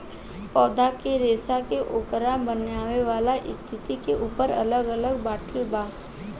पौधा के रेसा के ओकर बनेवाला स्थिति के ऊपर अलग अलग बाटल बा